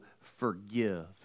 forgive